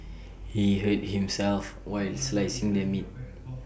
he hurt himself while slicing the meat